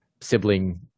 sibling